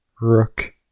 rook